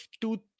two